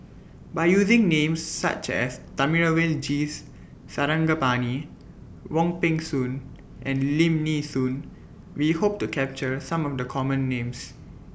By using Names such as Thamizhavel G Sarangapani Wong Peng Soon and Lim Nee Soon We Hope to capture Some of The Common Names